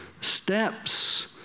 Steps